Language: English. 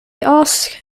ask